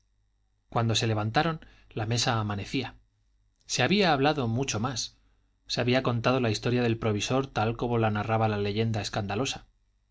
cuando se levantaron de la mesa amanecía se había hablado mucho más se había contado la historia del provisor tal como la narraba la leyenda escandalosa